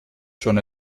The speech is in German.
schon